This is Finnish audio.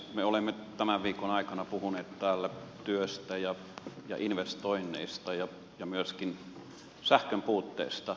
me olemme tämän viikon aikana puhuneet täällä työstä ja investoinneista ja myöskin sähkön puutteesta